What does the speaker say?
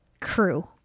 crew